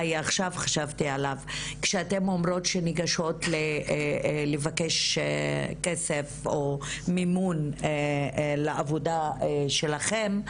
כשאתן אומרות שניגשות לבקש כסף או מימון לעבודה שלכן,